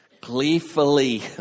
gleefully